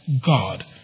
God